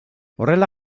horrela